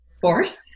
force